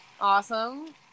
Awesome